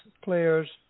players